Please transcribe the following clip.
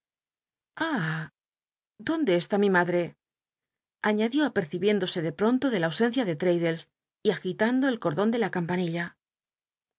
dónde esl i mi made añadió apecibiéndose ele pronto de la ausencia de tradclles y agitando el cortlon de la campanilla